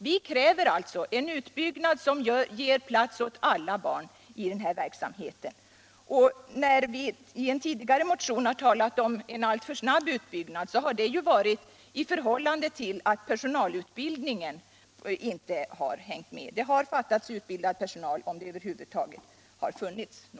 Vi kräver alltså en utbyggnad som ger plats åt alla barn. När vi i en tidigare motion talade om en alltför snabb utbyggnad var anledningen den att personalutbildningen inte hängde med. Det har fattats utbildad personal, om det över huvud taget har funnits någon.